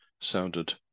sounded